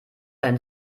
dein